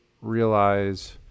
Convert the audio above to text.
realize